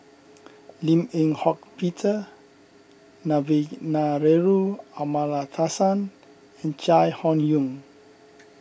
Lim Eng Hock Peter Amallathasan and Chai Hon Yoong